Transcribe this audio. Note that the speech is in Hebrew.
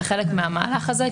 זה חלק מהמהלך הזה,